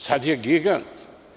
Sada je gigant.